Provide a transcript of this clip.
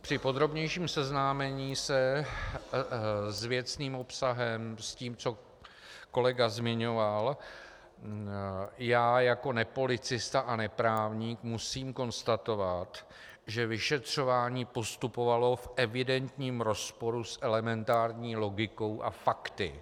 Při podrobnějším seznámení se s věcným obsahem, s tím, co kolega zmiňoval, já jako nepolicista a neprávník musím konstatovat, že vyšetřování postupovalo v evidentním rozporu s elementární logikou a fakty.